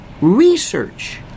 research